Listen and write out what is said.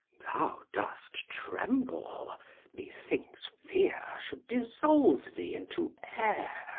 thou dost tremble methinks, fear should dissolve thee into air.